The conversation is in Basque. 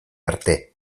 arte